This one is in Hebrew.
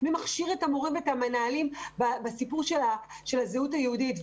מי מכשיר את המורים ואת המנהלים בסיפור של הזהות היהודית?